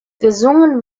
gesungen